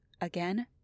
again